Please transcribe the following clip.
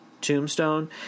Tombstone